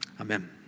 Amen